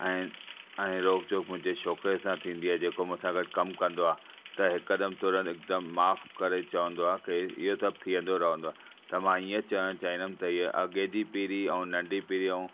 ऐं ऐं रोक जोक मुंहिंजे छोकिरे सां थींदी आहे जेको मूंसा गॾु कमु कंदो आहे त हिकदम तुरंत हिकदम माफ़ करे चवंदो आहे कि इहो सभु थींदो रहंदो आहे त मां इएं चवण चाहींदुमि कि त हीअ अॻे जी पीढ़ी ऐं नंढी पीढ़ियूं